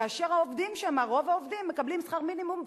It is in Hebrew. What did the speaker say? כאשר רוב העובדים מקבלים שכר מינימום,